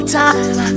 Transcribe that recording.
time